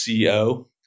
co